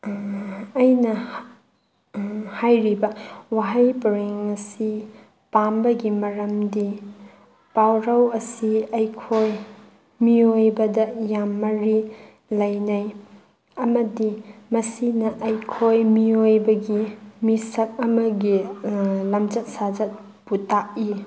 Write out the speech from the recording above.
ꯑꯩꯅ ꯍꯥꯏꯔꯤꯕ ꯋꯥꯍꯩ ꯄꯔꯦꯡ ꯑꯁꯤ ꯄꯥꯝꯕꯒꯤ ꯃꯔꯝꯗꯤ ꯄꯥꯎꯔꯧ ꯑꯁꯤ ꯑꯩꯈꯣꯏ ꯃꯤꯑꯣꯏꯕꯗ ꯌꯥꯝ ꯃꯔꯤ ꯂꯩꯅꯩ ꯑꯃꯗꯤ ꯃꯁꯤꯅ ꯑꯩꯈꯣꯏ ꯃꯤꯑꯣꯏꯕꯒꯤ ꯃꯤꯁꯛ ꯑꯃꯒꯤ ꯂꯝꯆꯠ ꯁꯥꯖꯠꯄꯨ ꯇꯥꯛꯏ